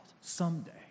Someday